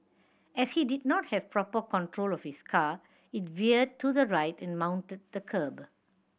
as he did not have proper control of his car it veered to the right and mounted the kerb